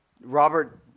Robert